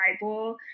bible